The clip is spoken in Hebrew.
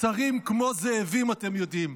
שרים כמו זאבים, אתם יודעים.